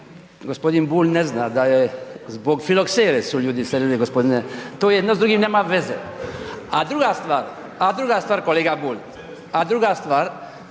Hvala